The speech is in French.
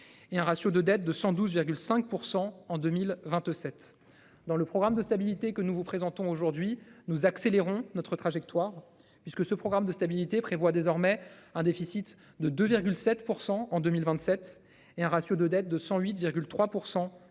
Et un ratio de dette de 112 5 % en 2027 dans le programme de stabilité que nous vous présentons aujourd'hui, nous accélérons notre trajectoire puisque ce programme de stabilité prévoit désormais un déficit de 2 7 % en 2027 et un ratio de dette de 108,3% à